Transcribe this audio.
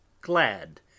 glad